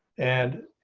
and